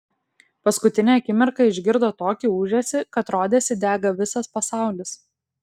paskutinę akimirką išgirdo tokį ūžesį kad rodėsi dega visas pasaulis